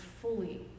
fully